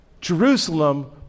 Jerusalem